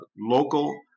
local